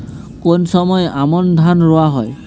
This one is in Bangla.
কোন সময় আমন ধান রোয়া হয়?